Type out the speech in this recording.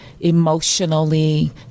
emotionally